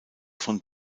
von